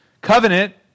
Covenant